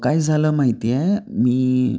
काय झालं माहिती आहे मी